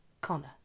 Connor